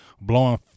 blowing